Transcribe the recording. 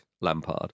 Lampard